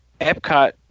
epcot